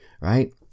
right